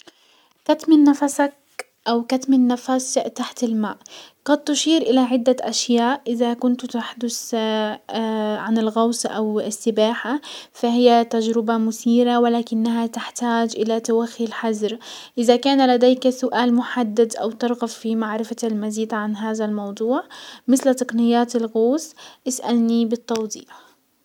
كاتمين نفسك او كتم النفس تحت الماء، قد تشير الى عدة اشياء اذا كنت تحدس عن الغوص او السباحة فهي تجربة مثيرة ولكنها تحتاج الى توخي الحزر. اذا كان لديك سؤال محدد او ترغب في معرفة المزيد عن هزا الموضوع مسل تقنيات الغوص، اسألني بالتوضيح.